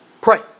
pray